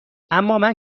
امامن